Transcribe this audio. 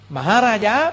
Maharaja